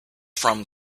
from